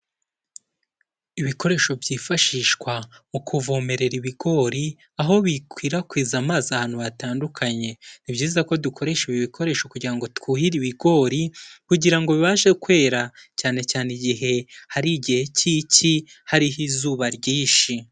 Ibikoresho byifashishwa mu kuvomerera ibigori aho bikwirakwiza amazi ahantu hatandukanye, ni byiza ko dukoresha ibi bikoresho kugira ngo twuhire ibigori kugira ngo bibashe kwera cyane cyane igihe hari igihe cy'iki hariho izuba ryinshi.